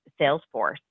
salesforce